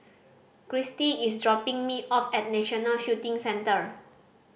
Cristy is dropping me off at National Shooting Centre